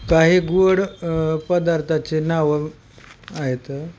काही गोड पदार्थाचे नावं आहेत